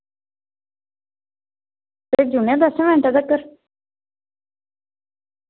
भेजी ओड़ने आं दस्सें मिंटें तक्कर